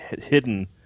hidden